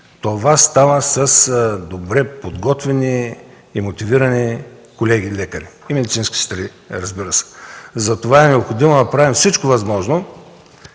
това става с добре подготвени и мотивирани колеги лекари и медицински сестри, разбира се. Затова е необходимо да направим всичко възможно